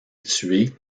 tuées